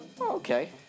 okay